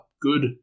Good